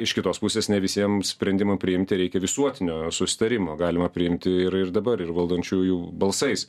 iš kitos pusės ne visiems sprendimam priimti reikia visuotinio susitarimo galima priimti ir ir dabar ir valdančiųjų balsais